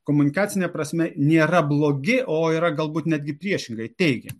komunikacine prasme nėra blogi o yra galbūt netgi priešingai teigiami